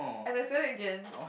and I said it again